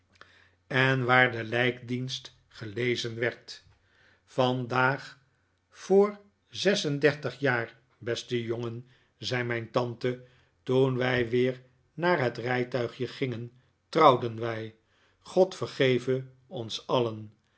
en waar de lijkdierist gelezen werd vandaag voor zes en dertig jaar beste jongen zei mijn tante toeh wij weer naar het rijtuigje gingen trouwden wij god vergeve ons alien